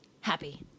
Happy